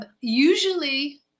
usually